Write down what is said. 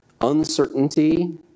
uncertainty